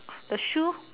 the shoe